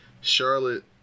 Charlotte